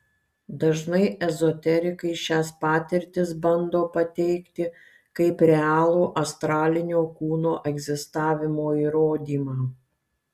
dažnai ezoterikai šias patirtis bando pateikti kaip realų astralinio kūno egzistavimo įrodymą